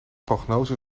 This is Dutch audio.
prognose